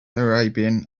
arabian